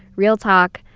real talk.